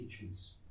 teachers